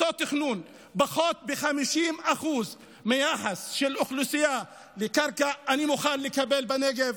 פחות ב-50% ביחס של האוכלוסייה לקרקע אני מוכן לקבל בנגב,